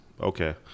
okay